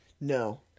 No